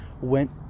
went